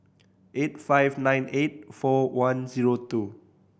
eight five nine eight four one zero two